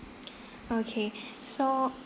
okay so